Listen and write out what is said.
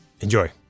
Enjoy